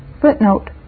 Footnote